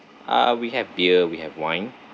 ah uh we have beer we have wine